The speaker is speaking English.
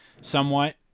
somewhat